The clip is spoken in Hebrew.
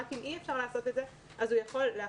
רק אם אי אפשר לעשות את זה אז הוא יכול להחליט,